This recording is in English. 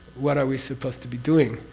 what are we supposed to be doing?